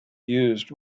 used